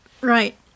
right